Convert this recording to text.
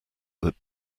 that